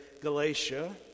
Galatia